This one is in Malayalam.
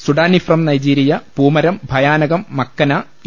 സുഡാനി ഫ്രം നൈജീരിയ പൂമരം ഭയാനകം മക്കന ഈ